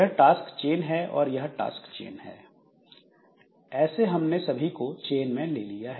यह task chain है और यह टास्क चेन है ऐसे हमने सभी को चेन में ले लिया है